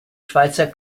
schweizer